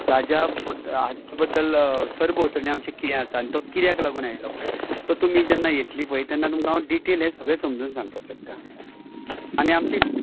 ताच्या बद्दल हाजे बद्दल सरभोंवतणी आमचें कितें आसा आनी तो कित्याक लागून आयल्लो पळय तें तो तुमी जेन्ना येतली पळय तेन्ना तुमकां डिटेल हें सगळें समजोन सांगपाक शकता आनी आमची